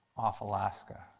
off alaska.